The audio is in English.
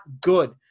good